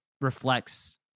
reflects